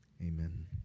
Amen